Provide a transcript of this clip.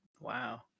Wow